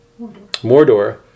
Mordor